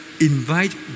invite